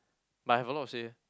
but I have a lot to say eh